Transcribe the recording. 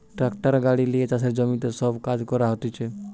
tractor গাড়ি লিয়ে চাষের জমিতে সব কাজ করা হতিছে